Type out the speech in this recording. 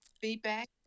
feedback